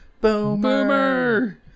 Boomer